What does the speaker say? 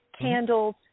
candles